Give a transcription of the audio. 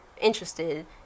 interested